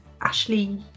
Ashley